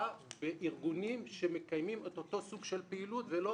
תמיכה בארגונים שמקיימים את אותו סוג של פעילות ולא